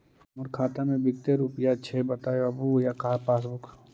हमर खाता में विकतै रूपया छै बताबू या पासबुक छाप दियो?